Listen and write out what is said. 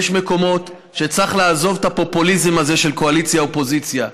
יש מקומות שצריך לעזוב את הפופוליזם הזה של קואליציה אופוזיציה.